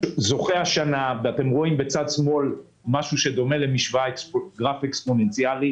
זוכה השנה אתם רואים בצד שמאל משהו שדומה למשוואה של גרף אקספוננציאלי